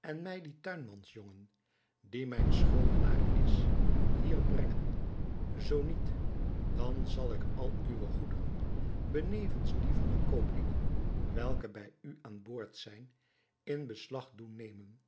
en mij dien tuinmansjongen die mijn schuldenaar is hier brengen zoo niet dan zal ik al uwe goederen benevens die van de kooplieden welke bij u aan boord zijn in beslag doen nemen